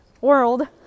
world